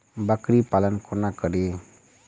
बकरी पालन कोना करि?